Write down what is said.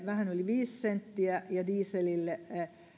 vähän yli viisi senttiä ja dieselille